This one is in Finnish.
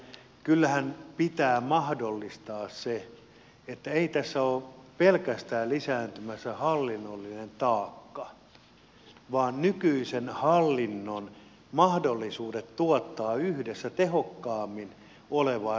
kyllähän pitää mahdollistaa se että ei tässä ole pelkästään lisääntymässä hallinnollinen taakka vaan nykyisen hallinnon mahdollisuudet tuottaa yhdessä tehokkaampaa raportointia mahdollistuvat